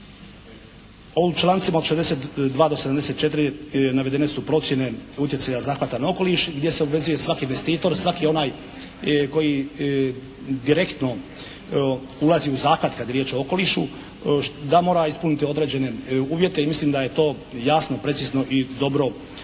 U člancima od 62. do 74. navedene su procjene utjecaja zahvata na okoliš gdje se obvezuje svaki investitor, svaki onaj koji direktno ulazi u zahvat kada je riječ o okolišu da mora ispuniti određene uvjete i mislim da je to jasno, precizno i dobro navedeno.